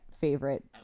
favorite